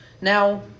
Now